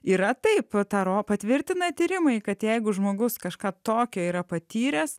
yra taip tą ro patvirtina tyrimai kad jeigu žmogus kažką tokio yra patyręs